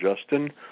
Justin